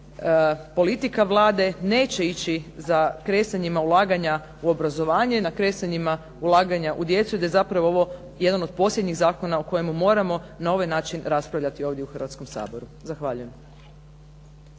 politika Vlade neće ići za kresanjima ulaganja u obrazovanje i na kresanjima ulaganja u djecu i da je zapravo ovo jedan od posljednjih zakona o kojemu moramo na ovaj način raspravljati ovdje u Hrvatskom saboru. Zahvaljujem.